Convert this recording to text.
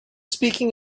speaking